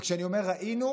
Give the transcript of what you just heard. וכשאני אומר "ראינו",